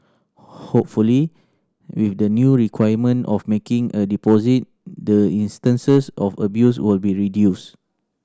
hopefully with the new requirement of making a deposit the instances of abuse will be reduced